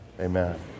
amen